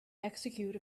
execute